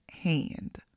hand